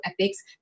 epics